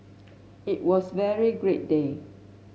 it was very great day